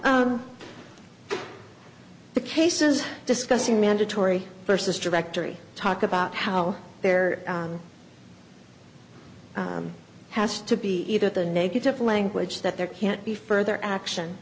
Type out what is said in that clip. the case is discussing mandatory versus directory talk about how there has to be either the negative language that there can't be further action